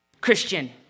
Christian